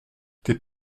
tes